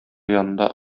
янында